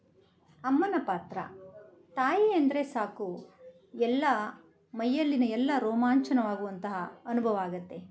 ಅಮ್ಮನ ಪಾತ್ರ ತಾಯಿ ಎಂದರೆ ಸಾಕು ಎಲ್ಲ ಮೈಯಲ್ಲಿನ ಎಲ್ಲ ರೋಮಾಂಚನವಾಗುವಂತಹ ಅನುಭವ ಆಗುತ್ತೆ